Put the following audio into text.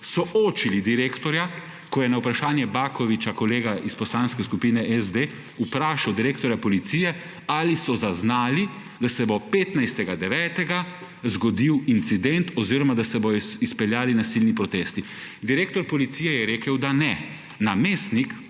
soočili direktorja, ko je na vprašanje Bakovića, kolega iz Poslanske skupine SD, vprašal direktorja policije, ali so zaznali, da se bo 15. 9. zgodil incident oziroma, da se bojo izpeljali nasilni protesti. Direktor policije je rekel, da ne. Namestnik,